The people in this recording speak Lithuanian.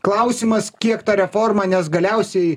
klausimas kiek ta reforma nes galiausiai